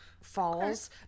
falls